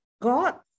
God